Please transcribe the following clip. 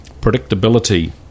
predictability